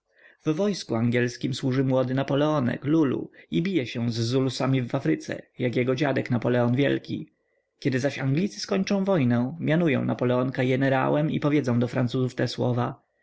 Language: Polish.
w wojsku angielskim służy młody napoleonek lulu i bije się z zulusami w afryce jak jego dziadek napoleon wielki kiedy zaś anglicy skończą wojnę mianują napoleonka jenerałem i powiedzą do francuzów te słowa